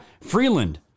Freeland